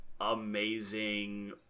amazing